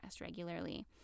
regularly